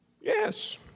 yes